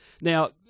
Now